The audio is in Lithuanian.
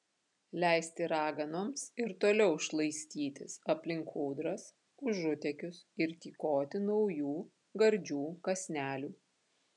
leisti raganoms ir toliau šlaistytis aplink kūdras užutėkius ir tykoti naujų gardžių kąsnelių